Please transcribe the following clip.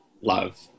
love